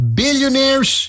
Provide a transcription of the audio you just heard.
billionaires